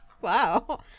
Wow